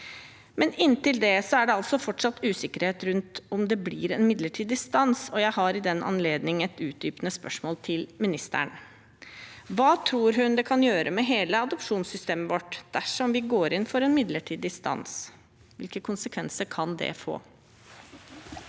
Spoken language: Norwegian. i. Inntil det er det fortsatt usikkerhet om det blir en midlertidig stans, og jeg har i den anledning et utdypende spørsmålet til ministeren: Hva tror hun det kan gjøre med hele adopsjonssystemet vårt dersom vi går inn for en midlertidig stans? Hvilke konsekvenser kan det få?